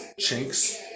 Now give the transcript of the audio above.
Chinks